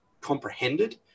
comprehended